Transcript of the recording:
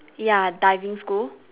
ya diving school